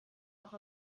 auch